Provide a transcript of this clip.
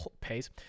pays